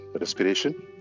Respiration